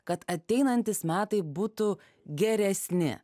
kad ateinantys metai būtų geresni